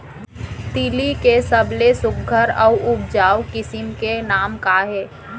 तिलि के सबले सुघ्घर अऊ उपजाऊ किसिम के नाम का हे?